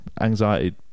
anxiety